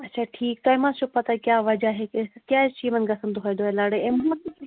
اچھا ٹھیٖک تۄہہِ ما چھُو پَتہ کیٛاہ وَجہ ہیٚکہِ ٲسِتھ کیٛازِ چھِ یِمَن گژھَن دۄہَے دۄہَے لَڑٲے